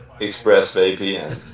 ExpressVPN